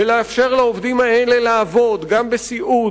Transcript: ולאפשר לעובדים האלה לעבוד גם בסיעוד